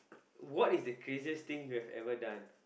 what is the craziest think you have ever done